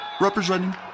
representing